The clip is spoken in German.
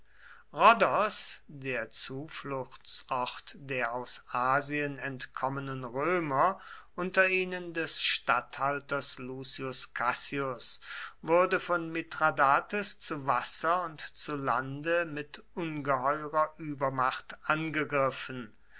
der zufluchtsort der aus asien entkommenen römer unter ihnen des statthalters lucius cassius wurde von mithradates zu wasser und zu lande mit ungeheurer übermacht angegriffen